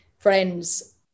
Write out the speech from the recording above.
friends